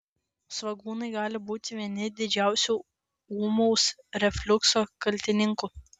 svogūnai gali būti vieni didžiausių ūmaus refliukso kaltininkų